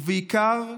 ובעיקר,